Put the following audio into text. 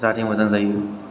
जाहाथे मोजां जायो